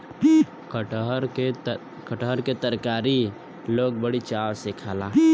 कटहर क तरकारी लोग बड़ी चाव से खाला